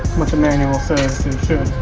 what the manual says